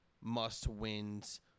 must-wins